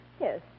Yes